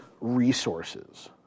resources